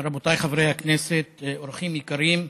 רבותיי חברי הכנסת, אורחים יקרים,